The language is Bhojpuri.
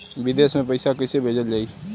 विदेश में पईसा कैसे भेजल जाई?